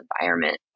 environment